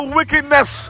wickedness